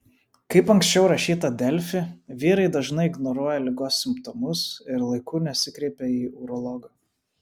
kaip anksčiau rašyta delfi vyrai dažnai ignoruoja ligos simptomus ir laiku nesikreipia į urologą